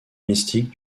mystiques